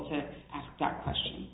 to ask that question